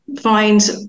find